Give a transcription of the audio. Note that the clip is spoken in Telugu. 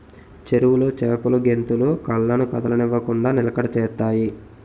చెరువులో చేపలు గెంతులు కళ్ళను కదలనివ్వకుండ నిలకడ చేత్తాయి